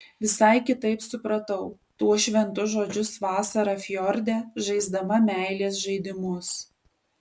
visai kitaip supratau tuos šventus žodžius vasarą fjorde žaisdama meilės žaidimus